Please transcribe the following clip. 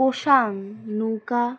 নৌকা